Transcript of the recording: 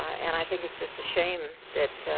and i think it's just a shame that